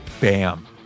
bam